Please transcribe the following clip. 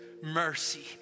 mercy